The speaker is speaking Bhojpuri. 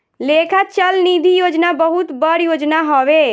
लेखा चल निधी योजना बहुत बड़ योजना हवे